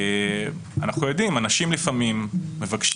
אנחנו יודעים שאנשים לפעמים מבקשים,